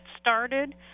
started